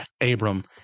Abram